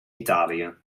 italië